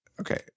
Okay